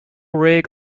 rig